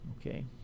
okay